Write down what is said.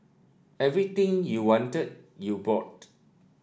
everything you wanted you bought